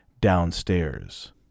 downstairs